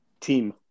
Team